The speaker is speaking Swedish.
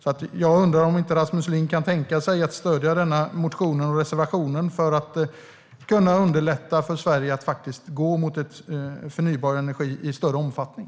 Jag undrar alltså om inte Rasmus Ling kan tänka sig att stödja denna motion och reservation, för att underlätta för Sverige att faktiskt gå mot förnybar energi i större omfattning.